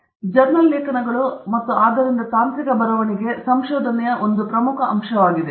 ಆದ್ದರಿಂದ ಜರ್ನಲ್ ಲೇಖನಗಳು ಮತ್ತು ಆದ್ದರಿಂದ ತಾಂತ್ರಿಕ ಬರವಣಿಗೆ ಸಂಶೋಧನೆಯ ಒಂದು ಪ್ರಮುಖ ಅಂಶವಾಗಿದೆ